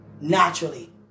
naturally